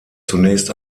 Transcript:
zunächst